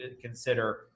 consider